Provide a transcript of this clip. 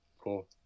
Cool